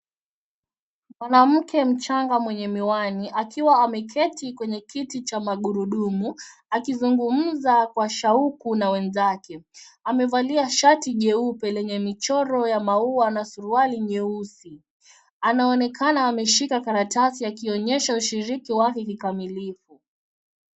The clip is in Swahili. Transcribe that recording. Mwanamke mchanga mwenye miwani, akiwa ameketi kwenye kiti cha magurudumu, akizungumza kwa shauku na wenzake. Amevalia shati jeupe lenye michoro ya maua na suruali nyeusi. Anaonekana ameshika karatasi akionyesha ushiriki wake kikamilifu.